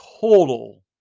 total